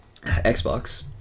Xbox